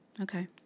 Okay